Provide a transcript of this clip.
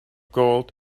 gold